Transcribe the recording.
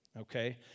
Okay